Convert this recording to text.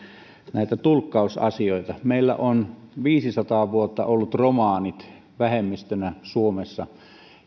näitä tulkkausasioita meillä on viisisataa vuotta ollut romanit vähemmistönä suomessa